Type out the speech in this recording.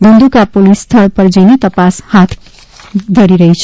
Dhandhuka police સ્થળ પર જઈને તપાસ હાથ ધરી છે